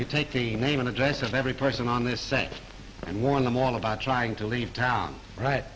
you take the name and address of every person on this section and warn them all about trying to leave town right